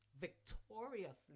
victoriously